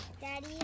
Daddy